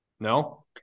No